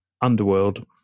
Underworld